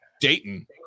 Dayton